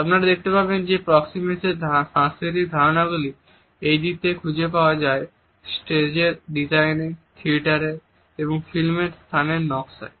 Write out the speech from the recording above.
আপনারা দেখতে পাবেন যে প্রক্সেমিকস এর সাংস্কৃতিক ধারণা গুলি এই দিকটি খুঁজে পাওয়া যায় স্টেজের ডিজাইনে থিয়েটারে এবং ফিল্মে স্থানের নকশায়